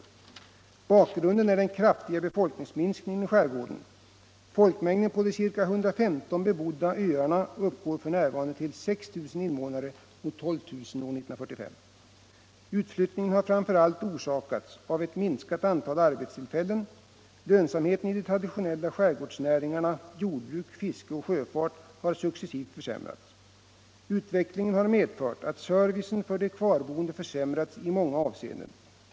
Bak — Om åtgärder för att grunden är den kraftiga befolkningsminskningen i skärgården. Folkmäng = förhindra avbeden på de ca 115 bebodda öarna uppgår f. n. till ungefär 6 000, mot 12.000 — manning av invånare 1945. Utflyttningen har framför allt orsakats av ett minskat — Simpnäs lotspassantal arbetstillfällen. Lönsamheten i de traditionella skärgårdsnäringarna = ningsställe jordbruk, fiske och sjöfart har successivt försämrats. Utvecklingen har medfört att servicen för de kvarboende har försämrats i många avseenden.